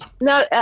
No